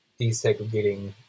desegregating